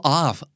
off